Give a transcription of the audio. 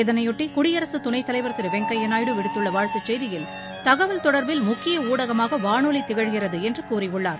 இதனையொட்டிகுடியரசுதுணைத்தலைவர் திருவெங்கையாநாயுடு விடுத்துள்ளவாழ்த்துச் செய்தியில் தகவல் தொடர்பில் முக்கியஊடகமாகவானொலிதிகழ்கிறதுஎன்றுகூறியுள்ளார்